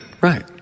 Right